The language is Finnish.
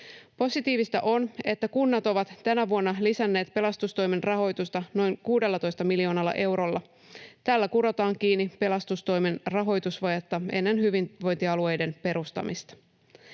Positiivista on, että kunnat ovat tänä vuonna lisänneet pelastustoimen rahoitusta noin 16 miljoonalla eurolla. Tällä kurotaan kiinni pelastustoimen rahoitusvajetta ennen hyvinvointialueiden perustamista.